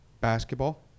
basketball